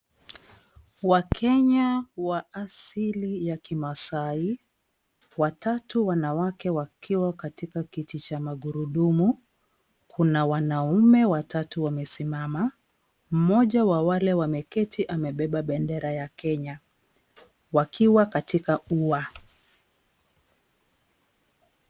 Wakenya wa asili ya kimasai wanawake watatu wameketi kwenye kiti cha magurudumu kuna wanaume watatu ambao wamesimama mmoja wa wale ambao wameketi amebeba bendera ya Kenya Wakiwa katika ua.